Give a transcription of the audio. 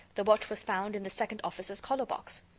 the watch was found in the second officer's collar box.